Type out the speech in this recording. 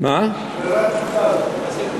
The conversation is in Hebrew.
ברירת מחדל.